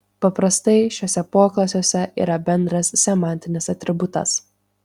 paprastai šiuose poklasiuose yra bendras semantinis atributas